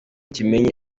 kimenyi